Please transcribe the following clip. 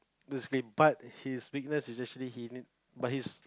part his weakness is actually he need but his